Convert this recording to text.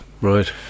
Right